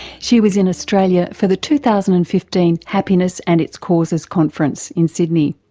she was in australia for the two thousand and fifteen happiness and its causes conference in sydney.